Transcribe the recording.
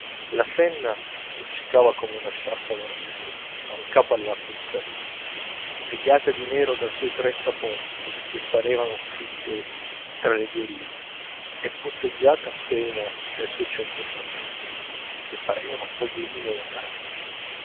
la senna luccicava come una sciarpa d'argento da un capo all'altro di parigi rigata di nero dai suoi trenta ponti che parevan fili tesi tra le due rive e punteggiata appena dai suoi cento battelli che parevano foglioline natanti